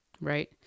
Right